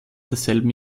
desselben